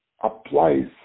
applies